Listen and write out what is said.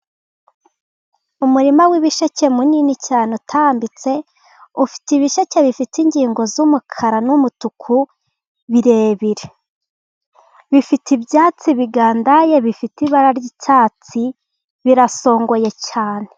Umurima w'ibisheke munini cyane utambitse, ufite ibiseke bifite ingingo z'umukara n'umutuku birebire, bifite ibyatsi bigandaye bifite ibara ry'icyatsi, birasongoye cyane.